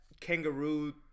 kangaroo